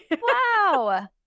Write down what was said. Wow